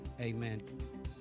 amen